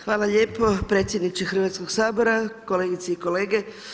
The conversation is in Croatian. Hvala lijepo predsjedniče Hrvatskog sabora, kolegice i kolege.